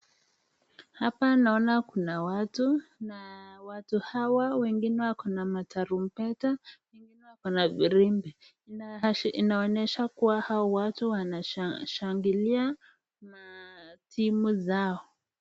Hapa naona kuna watu na watu hawa wengine wakona matarumbeta kuna virimbi inaonyesha kuwa hawa watu wanashangilia na timu zao.